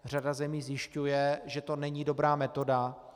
Řada zemí zjišťuje, že to není dobrá metoda.